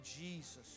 Jesus